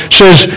says